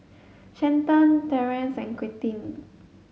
Stanton Terrance and Quentin